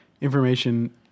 information